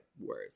worse